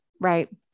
right